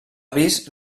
vist